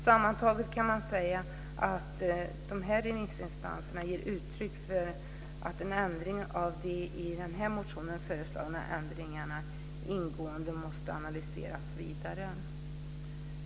Sammantaget kan man säga att remissinstanserna ger uttryck för att de i den här motionen föreslagna ändringarna ingående måste analyseras vidare.